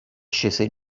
scese